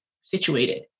situated